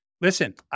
listen